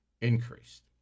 increased